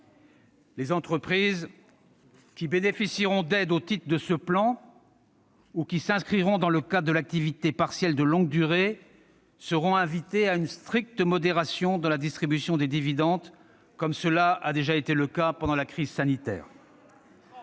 Les entreprises qui bénéficieront d'aides au titre de ce plan ou qui s'inscriront dans le cadre de l'activité partielle de longue durée seront invitées à une stricte modération dans la distribution des dividendes, comme cela a déjà été le cas pendant la crise sanitaire.